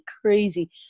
crazy